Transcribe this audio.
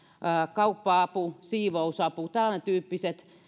kauppa apua siivousapua tämäntyyppisiä niin